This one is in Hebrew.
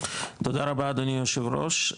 תודה רבה אדוני היושב ראש.